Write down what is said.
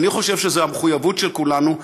אני חושב שזו המחויבות של כולנו.